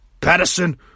Patterson